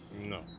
no